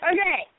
Okay